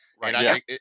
right